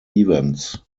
events